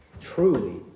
truly